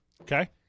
Okay